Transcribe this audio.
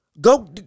Go